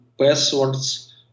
passwords